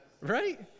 right